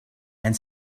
and